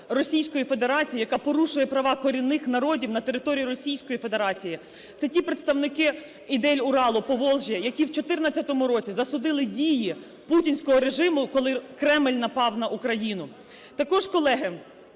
Російської Федерації, яка порушує права корінних народів на території Російської Федерації. Це ті представники Ідель-Уралу (Поволжя), які в 14-му році засудили дії путінського режиму, коли Кремль напав на Україну. Також, колеги,